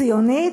ציונית,